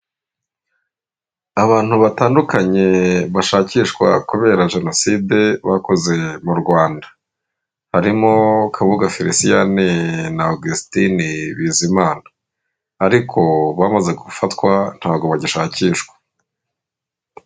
Abantu batandukanye bashakishwa kubera jenoside bakoze mu Rwanda, harimo Kabuga Felicien na Augustin Bizimana, ariko bamaze gufatwa ntabwo bagishakishwa.